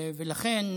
לכן,